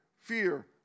Fear